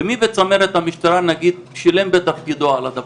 ומי בצמרת המשטרה שילם בתפקידו על הדבר הזה.